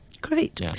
Great